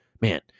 Man